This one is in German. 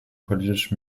politisch